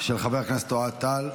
של חבר הכנסת אוהד טל.